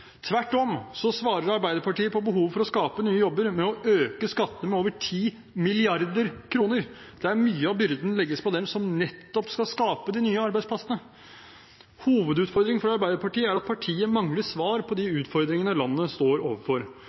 Tvert om svarer Arbeiderpartiet på behovet for å skape nye jobber med å øke skattene med over 10 mrd. kr., der mye av byrden legges på dem som nettopp skal skape de nye arbeidsplassene. Hovedutfordringen for Arbeiderpartiet er at partiet mangler svar på de utfordringene landet står overfor.